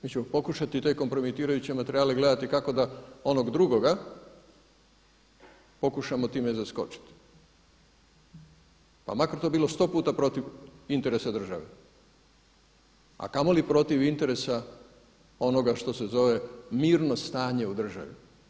Mi ćemo pokušati te kompromitirajuće materijale gledati kako da onog drugoga pokušamo time zaskočiti, pa makar to bilo 100 puta protiv interesa države, a kamoli protiv interesa onoga što se zove mirno stanje u državi.